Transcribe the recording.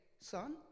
son